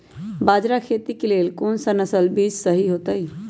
बाजरा खेती के लेल कोन सा नसल के बीज सही होतइ?